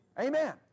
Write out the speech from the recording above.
Amen